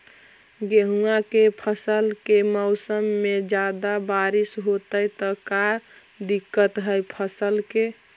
गेहुआ के फसल के मौसम में ज्यादा बारिश होतई त का दिक्कत हैं फसल के?